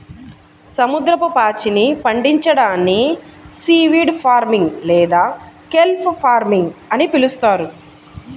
సముద్రపు పాచిని పండించడాన్ని సీవీడ్ ఫార్మింగ్ లేదా కెల్ప్ ఫార్మింగ్ అని పిలుస్తారు